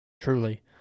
truly